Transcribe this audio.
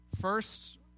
First